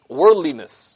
worldliness